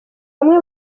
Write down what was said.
amwe